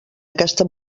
aquesta